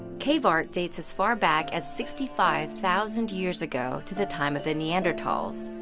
cave art dates as far back as sixty five thousand years ago to the time of the neanderthals.